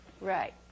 right